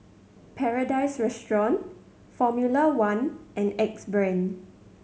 Paradise Restaurant Formula One and Axe Brand